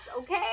Okay